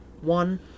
one